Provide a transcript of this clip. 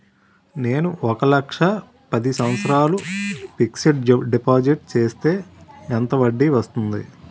నేను ఒక లక్ష పది సంవత్సారాలు ఫిక్సడ్ డిపాజిట్ చేస్తే ఎంత వడ్డీ వస్తుంది?